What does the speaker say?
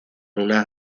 unas